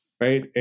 right